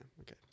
okay